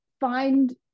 Find